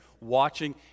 watching